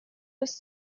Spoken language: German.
bis